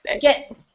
get